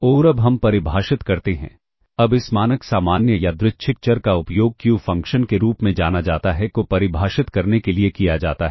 और अब हम परिभाषित करते हैं अब इस मानक सामान्य यादृच्छिक चर का उपयोग Q फ़ंक्शन के रूप में जाना जाता है को परिभाषित करने के लिए किया जाता है